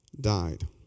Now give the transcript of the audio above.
died